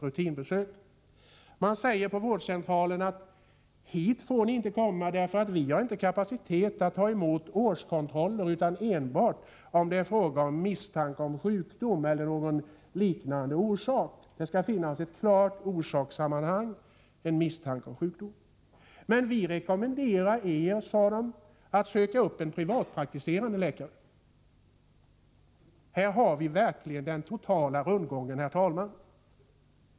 Man säger då på vårdcentralen: Hit får ni inte komma. Vi har inte kapacitet för årskontroller, enbart för fall där det finns misstanke om sjukdom eller där det finns någon liknande orsak. Vi rekommenderar er att söka upp en privatpraktiserande läkare. Här har vi verkligen den totala rundgången, herr talman.